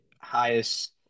highest